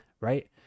right